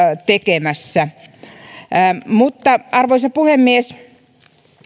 tekemässä arvoisa puhemies